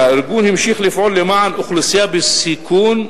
שהארגון ימשיך לפעול למען אוכלוסייה בסיכון.